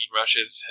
rushes